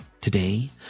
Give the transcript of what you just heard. Today